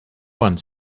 one